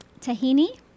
tahini